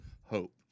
hope